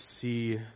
see